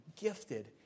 gifted